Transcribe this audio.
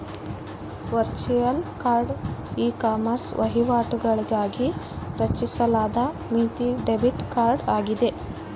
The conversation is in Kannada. ವರ್ಚುಯಲ್ ಕಾರ್ಡ್ ಇಕಾಮರ್ಸ್ ವಹಿವಾಟುಗಳಿಗಾಗಿ ರಚಿಸಲಾದ ಮಿತಿ ಡೆಬಿಟ್ ಕಾರ್ಡ್ ಆಗಿದೆ